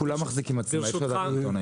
היום כולם מחזיקים מצלמה.